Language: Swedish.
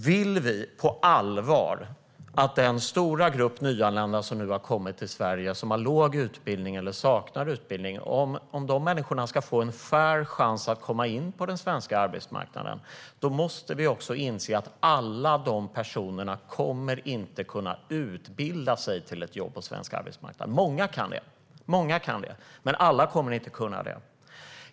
Vill vi på allvar att den stora grupp nyanlända som nu har kommit till Sverige och som har låg utbildning eller saknar utbildning ska få en fair chans att komma in på den svenska arbetsmarknaden måste vi också inse att de inte alla kan utbilda sig till ett jobb på svensk arbetsmarknad. Många kan det, men alla kommer inte att kunna det.